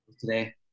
today